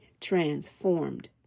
transformed